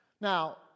Now